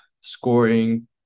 scoring